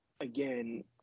again